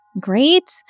Great